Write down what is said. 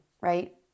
right